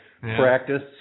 practice